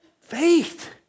faith